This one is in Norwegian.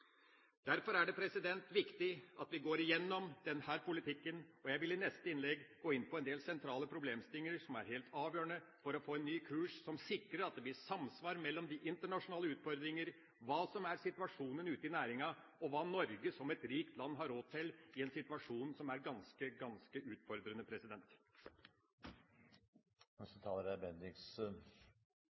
Derfor er det viktig at vi går igjennom denne politikken, og jeg vil i neste innlegg gå inn på en del sentrale problemstillinger som er helt avgjørende for å få en ny kurs, som sikrer at det blir samsvar mellom de internasjonale utfordringene, hva som er situasjonen ute i næringa, og hva Norge, som et rikt land, har råd til, i en situasjon som er ganske utfordrende.